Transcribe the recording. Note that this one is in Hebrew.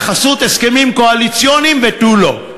בחסות הסכמים קואליציוניים, ותו לא.